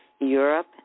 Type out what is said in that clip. Europe